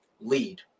lead